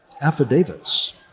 affidavits